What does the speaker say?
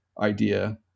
idea